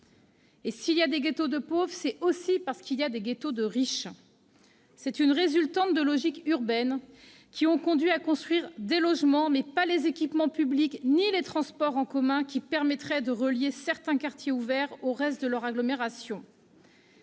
: s'il y a des ghettos de pauvres, c'est aussi parce qu'il y a des ghettos de riches. C'est la résultante de logiques urbaines ayant conduit à construire des logements, mais pas les équipements publics et les transports en commun qui permettraient de relier certains quartiers ouverts au reste de l'agglomération.